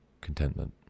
contentment